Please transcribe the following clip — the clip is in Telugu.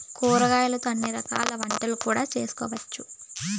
కొర్రలతో అన్ని రకాల వంటలు కూడా చేసుకోవచ్చు